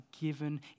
given